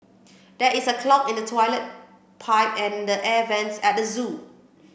there is a clog in the toilet pipe and air vents at the zoo